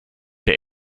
der